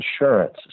insurance